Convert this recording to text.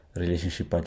relationship